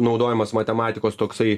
naudojamas matematikos toksai